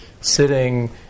sitting